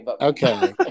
Okay